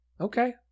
okay